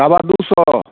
सवा दो सौ